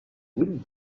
wind